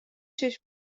چشم